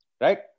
right